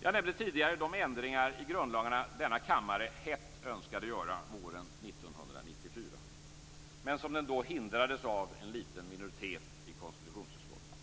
Jag nämnde tidigare de ändringar i grundlagarna denna kammare hett önskade göra våren 1994, men som den då hindrades att göra av en liten minoritet i konstitutionsutskottet.